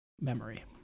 memory